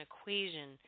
equation